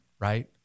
right